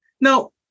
Now